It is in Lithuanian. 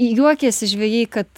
juokėsi žvejai kad